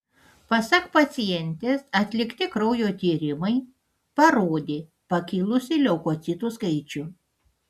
pasak pacientės atlikti kraujo tyrimai parodė pakilusį leukocitų skaičių